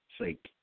sake